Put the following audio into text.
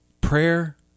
prayer